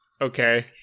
okay